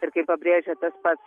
ir kaip pabrėžė tas pats